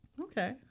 Okay